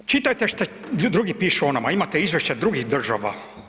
Čitajte što drugi pišu o nama, imate izvješća drugih država.